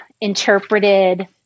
interpreted